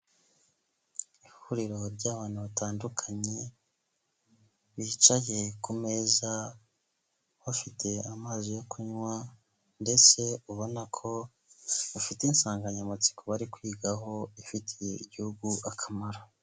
Ihuriro ry'abantu batandukanye, bicaye ku meza bafite amazi yo kunywa ndetse ubona ko bafite insanganyamatsiko bari kwigaho, ifitiye igihugu akamaro.